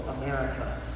America